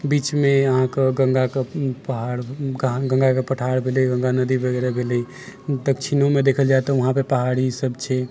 बीचमे अहाँके गङ्गाके पहाड़ गङ्गाके पठार भेलै गङ्गा नदी वगैरह भेलै दक्षिणोमे देखल जाइ तऽ वहाँपर पहाड़ी सब छै